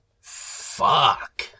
fuck